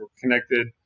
connected